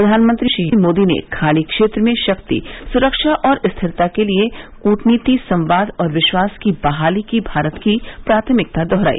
प्रधानमंत्री श्री मोदी ने खाड़ी क्षेत्र में शक्ति सुरक्षा और स्थिरता के लिए कूटनीति संवाद और विश्वास की बहाली की भारत की प्राथमिकता दोहराई